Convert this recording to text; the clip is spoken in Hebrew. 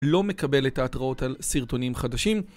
לא מקבל את ההתראות על סרטונים חדשים.